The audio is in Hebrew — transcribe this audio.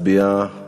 ההצעה להעביר את